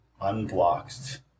unblocked